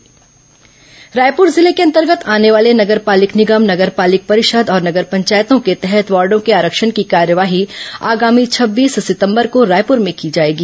नगरीय निकाय वार्ड आरक्षण रायपुर जिले के अंतर्गत आने वाले नगर पालिक निगम नगर पालिक परिषद और नगर पंचायतों के तहत वार्डों के आरक्षण की कार्यवाही आगामी छब्बीस सितंबर को रायपुर में की जाएगी